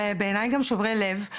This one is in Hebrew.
מקוממים ובעיני גם שוברי לב,